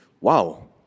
Wow